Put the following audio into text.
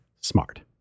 smart